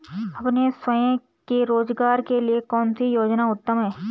अपने स्वयं के रोज़गार के लिए कौनसी योजना उत्तम है?